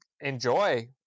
enjoy